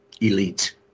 elite